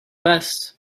best